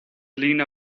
lena